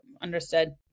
Understood